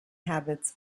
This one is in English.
habits